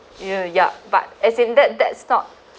yea ya but as in that that's not